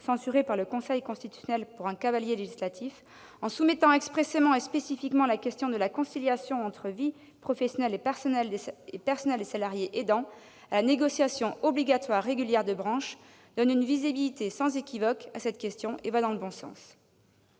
censuré par le Conseil constitutionnel en tant que cavalier législatif. En soumettant expressément et spécifiquement la question de la conciliation entre vie professionnelle et vie personnelle des salariés aidants à la négociation obligatoire régulière de branche, il donne une visibilité sans équivoque à cette question et va dans le bon sens.